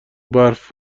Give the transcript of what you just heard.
برف